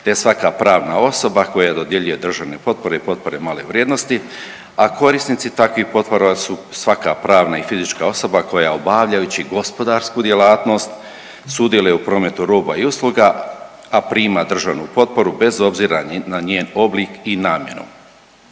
te svaka pravna osoba koja dodjeljuje državne potpore i potpore male vrijednosti, a korisnici takvih potpora su svaka pravna i fizička osoba koja obavljajući gospodarsku djelatnost sudjeluje u prometu roba i usluga, a prima državnu potporu bez obzira na njen oblik i namjenu.